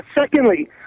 Secondly